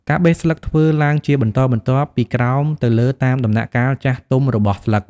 ការបេះស្លឹកធ្វើឡើងជាបន្តបន្ទាប់ពីក្រោមទៅលើតាមដំណាក់កាលចាស់ទុំរបស់ស្លឹក។